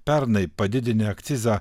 pernai padidinę akcizą